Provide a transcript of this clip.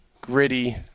gritty